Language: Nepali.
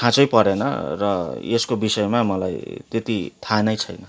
खाँचै परेन र यसको विषयमा मलाई त्यति थाहा नै छैन